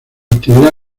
actividad